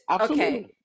okay